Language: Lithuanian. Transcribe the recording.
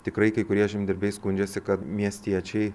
tikrai kai kurie žemdirbiai skundžiasi kad miestiečiai